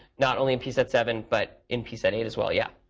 not only in p-set seven, but in p-set eight as well. yeah.